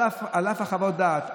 על אף חוות הדעת,